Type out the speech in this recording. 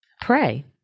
pray